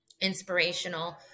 inspirational